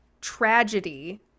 tragedy